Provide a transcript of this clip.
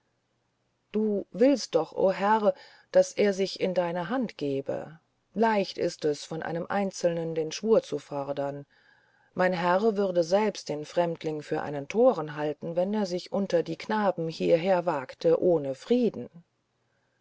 du willst doch o herr daß er sich in deine hand gebe leicht ist es von einem einzelnen den schwur zu fordern mein herr würde selbst den fremdling für einen toren halten wenn er sich unter die knaben hierher wagte ohne frieden